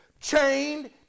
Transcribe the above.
chained